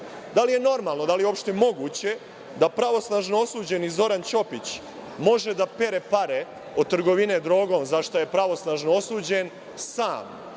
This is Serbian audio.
li je normalno i da li je uopšte moguće da pravosnažno osuđeni Zoran Ćopić može da pere pare od trgovine drogom, za šta je pravosnažno osuđen, sam,